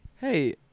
Hey